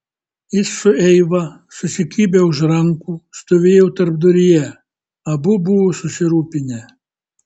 jis su eiva susikibę už rankų stovėjo tarpduryje abu buvo susirūpinę